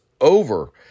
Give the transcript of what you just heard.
over